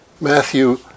Matthew